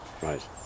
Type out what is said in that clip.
Right